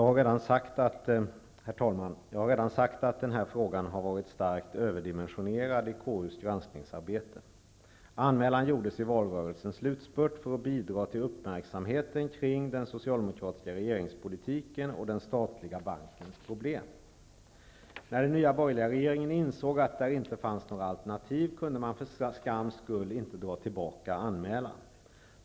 Herr talman! Jag har redan sagt att den här frågan varit starkt överdimensionerad i KU:s granskningsarbete. Anmälan gjordes under valrörelsens slutspurt för att bidra till uppmärksamheten kring den socialdemokratiska regeringspolitiken och den statliga bankens problem. När den nya borgerliga regeringen insåg att det inte fanns några alternativ kunde man för skams skull inte dra tillbaka anmälan.